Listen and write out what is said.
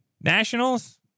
Nationals